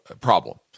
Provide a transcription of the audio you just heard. problem